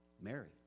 Mary